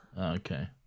Okay